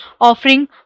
offering